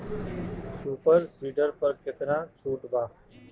Super seeder पर केतना छूट बा?